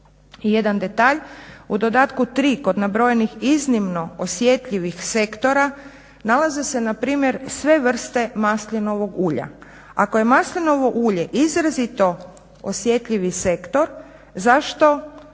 I jedan detalj, u dodatku 3 kod nabrojenih iznimno osjetljivih sektora nalaze se npr. sve vrste maslinovog ulja. Ako je maslinovo ulje izrazito osjetljivi sektor zašto